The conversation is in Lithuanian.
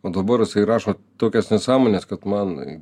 o dabar jisai rašo tokias nesąmones kad man